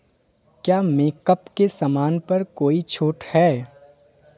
क्या मेकअप के सामान पर कोई छूट है